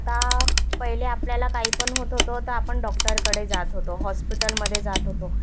आता पहिले आपल्याला काही पण होत होतं तर आपण डॉक्टरकडे जात होतो हॉस्पिटलमध्ये जात होतो